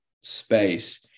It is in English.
space